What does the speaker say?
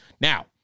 Now